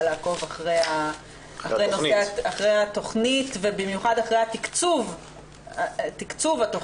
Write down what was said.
לעקוב אחרי התכנית ובמיוחד אחרי תקצוב התכנית.